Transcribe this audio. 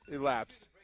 elapsed